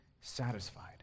satisfied